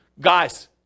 guys